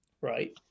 right